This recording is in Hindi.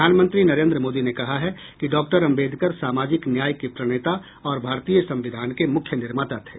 प्रधानमंत्री नरेन्द्र मोदी ने कहा है कि डॉक्टर अम्बेडकर सामाजिक न्याय के प्रणेता और भारतीय संविधान के मुख्य निर्माता थे